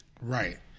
Right